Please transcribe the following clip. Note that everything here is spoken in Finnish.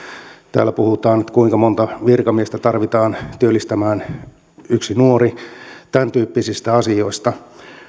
täällä puhutaan kuinka monta virkamiestä tarvitaan työllistämään yksi nuori tämäntyyppisistä asioista